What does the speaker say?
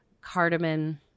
cardamom